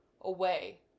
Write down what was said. away